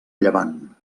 llevant